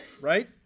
right